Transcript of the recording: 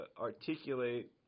articulate